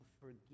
forgive